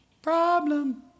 Problem